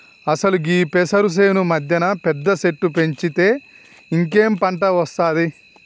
అసలు గీ పెసరు సేను మధ్యన పెద్ద సెట్టు పెంచితే ఇంకేం పంట ఒస్తాది